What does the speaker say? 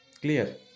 clear